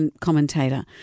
commentator